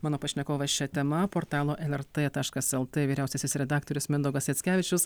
mano pašnekovas šia tema portalo el er tė taškas el tė vyriausiasis redaktorius mindaugas jackevičius